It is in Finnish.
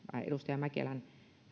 edustaja mäkelän